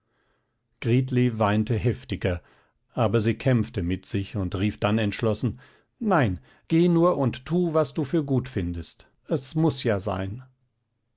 weinte heftiger aber sie kämpfte mit sich und rief dann entschlossen nein geh nur und tu was du für gut findest es muß ja sein